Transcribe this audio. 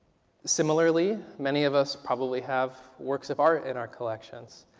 similarly, many of us probably have works of art in our collection. so